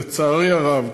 לצערי הרב,